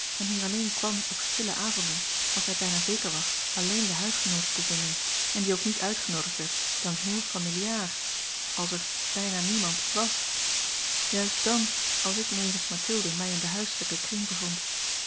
en hier alleen kwam op stille avonden als hij bijna zeker was alleen de huisgenooten te vinden en die ook niet uitgenoodigd werd dan heel familiaar als er bijna niemand was juist dàn als ik nevens mathilde mij in den huislijken kring bevond